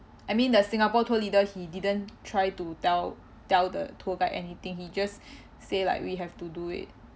I mean the singapore tour leader he didn't try to tell tell the tour guide anything he just say like we have to do it